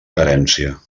carència